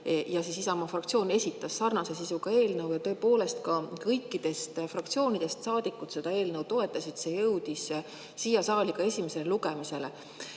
ja Isamaa fraktsioon esitasid sarnase sisuga eelnõu. Ja kõikidest fraktsioonidest saadikud seda eelnõu toetasid. See jõudis siia saali ka esimesele lugemisele.